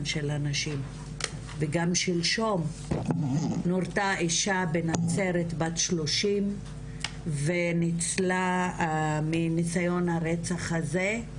של הנשים וגם שלשום נורתה אישה בנצרת בת 30 ונצלה מניסיון הרצח הזה.